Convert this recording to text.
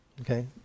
okay